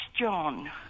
John